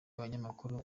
abanyamakuru